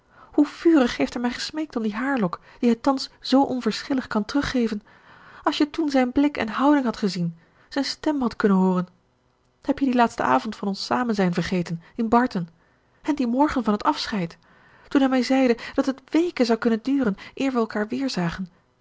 hoe vurig heeft hij mij gesmeekt om die haarlok die hij thans zoo onverschillig kan teruggeven als je toen zijn blik en houding hadt gezien zijn stem hadt kunnen hooren heb je dien laatsten avond van ons samenzijn vergeten in barton en dien morgen van het afscheid toen hij mij zeide dat het weken zou kunnen duren eer we elkaar